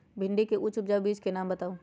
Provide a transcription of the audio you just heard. भिंडी के उच्च उपजाऊ बीज के नाम बताऊ?